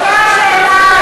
תודה רבה.